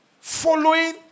following